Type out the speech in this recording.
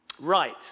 Right